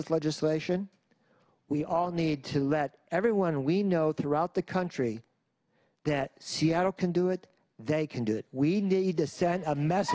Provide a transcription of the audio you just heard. this legislation we all need to let everyone we know throughout the country that seattle can do it they can do it we need to send a mess